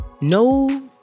no